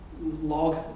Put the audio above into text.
log